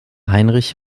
heinrich